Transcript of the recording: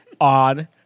on